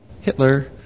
Hitler